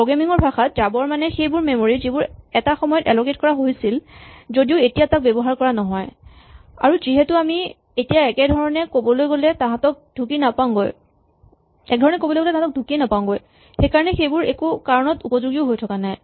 programming ৰ ভাষাত জাবৰ মানে সেইবোৰ মেমৰী যিবোৰ এটা সময়ত এলকেট কৰা হৈছিল যদিও এতিয়া তাক ব্যহাৰ কৰা নহয় আৰু যিহেতু আমি এতিয়া একধৰণেৰে ক'বলৈ গ'লে তাঁহাতক ধুকি নাপাওঁগৈ সেইকাৰণে সেইবোৰ একো কাৰণত উপযোগীও হৈ থকা নাই